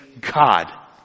God